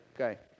Okay